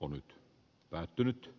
o nyt päättynyt